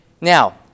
Now